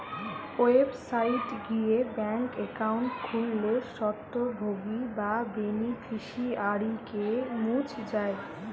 website গিয়ে bank account খুললে স্বত্বভোগী বা বেনিফিশিয়ারিকে মুছ যায়